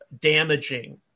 damaging